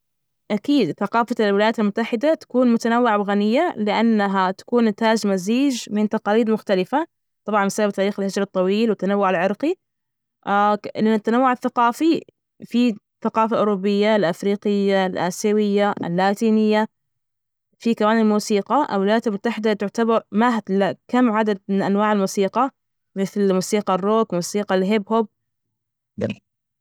تمام، بحاول أول شي عندنا المحرك اللي هو قلب السيارة وهو ال يحول الوقود لطاقة، تانى شي عندنا نظام النقل اللي هو الجير عشان ينظم السرعة، ويعزم الدوران، عندنا كمان هيكلة السيارة اللي هو جسم الخارجي اللي يشمل الأبواب والسجف، عندنا العجلات والإطارات اللي هي تتيح الحركة وتتحمل وزن السيارة، ويعني طبعا أهم شي نظام الفرا- الفرامل عشان نبطئ ونوجف السيارة.